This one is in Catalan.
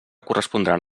correspondran